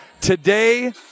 today